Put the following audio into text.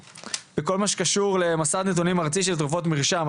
בכל מה שקשור למסד נתונים ארצי של תרופות מרשם,